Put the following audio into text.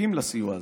שזקוקים לסיוע הזה.